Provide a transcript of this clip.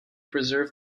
preserve